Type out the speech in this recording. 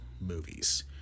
movies